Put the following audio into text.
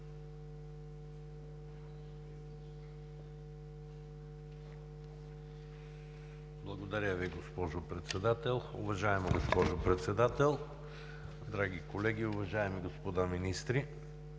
Благодаря Ви, госпожо Председател. Уважаема госпожо Председател, драги колеги, уважаеми господа министри!